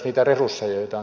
arvoisa puhemies